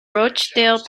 rochdale